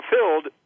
fulfilled